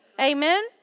Amen